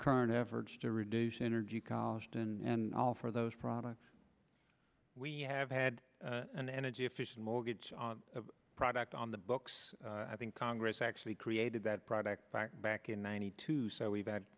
current efforts to reduce energy cost and all for those products we have had an energy efficient mortgage product on the books i think congress actually created that product back back in ninety two so we've had